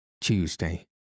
Tuesday